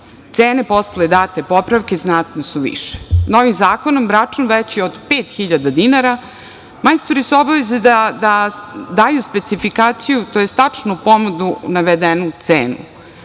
Cene posle date popravke znatno su više. Novim zakonom račun veći od 5.000 dinara, majstori su u obavezi da daju specifikaciju tj. tačnu ponudu, navedenu u cenu